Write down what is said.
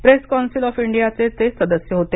press council of इंडियाचे ते सदस्यही होते